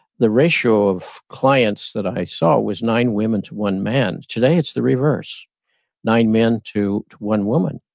the ratio of clients that i saw was nine women to one man. today, it's the reverse nine men to one woman.